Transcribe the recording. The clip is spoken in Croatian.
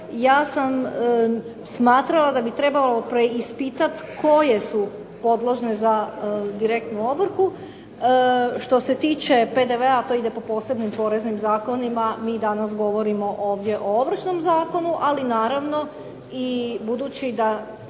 ja sam smatrala da bi trebalo preispitati koje su podložne za direktnu ovrhu. Što se tiče PDV-a to ide po posebnim Poreznim zakonima, mi danas ovdje govorimo o Ovršnom zakonu. Ali naravno budući da